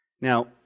Now